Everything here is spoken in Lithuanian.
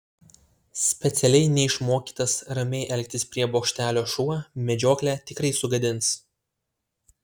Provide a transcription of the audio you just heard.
specialiai neišmokytas ramiai elgtis prie bokštelio šuo medžioklę tikrai sugadins